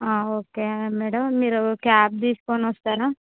ఆ okay madam మీరు cab తీసుకుని వస్తారా